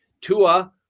Tua